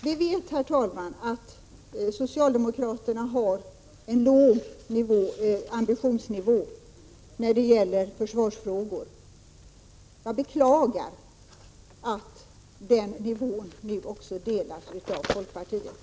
Vi vet, herr talman, att socialdemokraterna har en låg ambitionsnivå när det gäller försvarsfrågor. Jag beklagar att folkpartiet nu också har anslutit sig till den nivån.